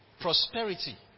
prosperity